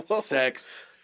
sex